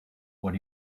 what